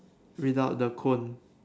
without the cone